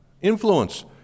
influence